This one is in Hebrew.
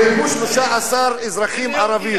נהרגו 13 אזרחים ערבים,